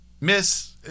miss